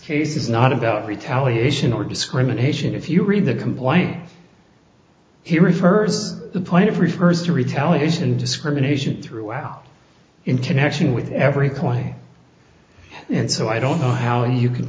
case is not about retaliation or discrimination if you read the complaint he refers the point of refers to retaliation discrimination throughout in connection with every coin and so i don't know how you c